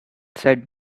said